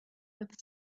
with